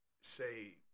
say